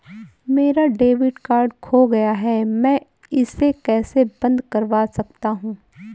मेरा debit card खो गया है मैं इसे कैसे बंद करवा सकता हूँ?